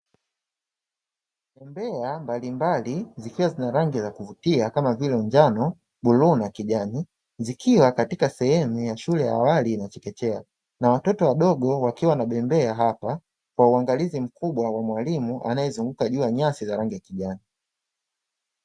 Bembea mbalimbali zikiwa zina rangi za kuvutia, kama vile; njano, bluu na kijani, zikiwa katika sehemu ya shule ya awali na chekechea, na watoto wadogo wakiwa wanabembea hapa kwa uangalizi mkubwa wa mwalimu anayezunguka juu ya nyasi za rangi ya kijani.